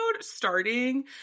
starting